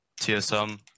TSM